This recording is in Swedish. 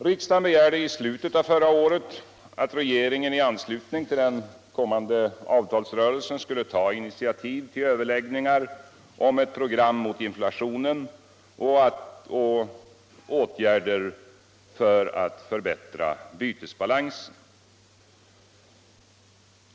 Riksdagen begärde i slutet av förra året, att regeringen i anslutning till den kommande avtalsrörelsen skulle ta initiativ till överläggningar om ett program mot inflationen och åtgärder för att förbättra bytesbalansen.